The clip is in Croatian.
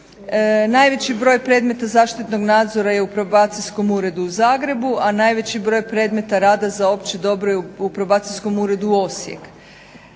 Najveći broj predmeta zaštitnog nadzora je u probacijskom uredu u Zagrebu, a najveći broj predmeta rada za opće dobro je u probacijskom uredu Osijek.